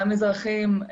גם אזרחים,